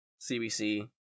CBC